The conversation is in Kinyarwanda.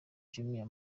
jumia